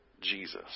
Jesus